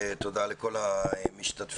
תודה לכל המשתתפים.